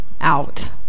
out